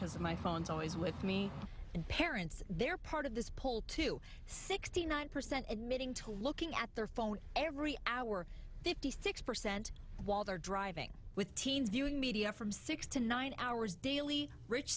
because my phones always with me and parents they're part of this poll to sixty nine percent admitting to looking at their phone every hour fifty six percent while they're driving with teens viewing media from six to nine hours daily rich